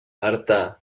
artà